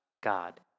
God